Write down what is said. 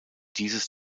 dieses